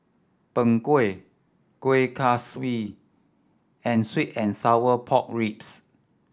Png Kueh Kuih Kaswi and sweet and sour pork ribs